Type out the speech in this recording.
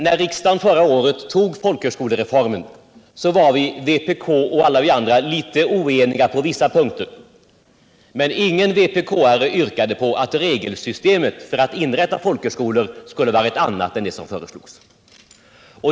När riksdagen förra året fattade beslut om folkhögskolereformen var vpk och alla vi andra litet oeniga på vissa punkter, men ingen vpk-are yrkade på att regelsystemet för att inrätta folkhögskolor skulle vara ett annat än det som föreslogs.